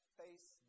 face